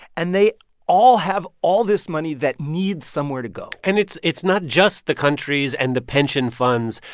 and they all have all this money that needs somewhere to go and it's it's not just the countries and the pension funds.